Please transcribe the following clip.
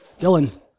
Dylan